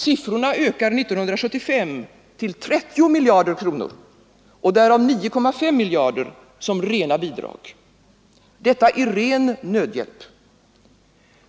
Siffrorna ökar år 1975 till 30 miljarder kronor och därav 9,5 miljarder som rena bidrag. Detta i ren nödhjälp.